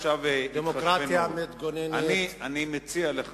רגע, אני נותן לך